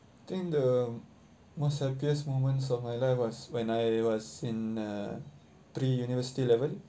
think the most happiest moments of my life was when I was in uh pre-university level